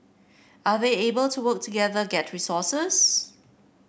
are they able to work together get resources